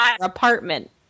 Apartment